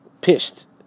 pissed